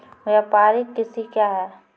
व्यापारिक कृषि क्या हैं?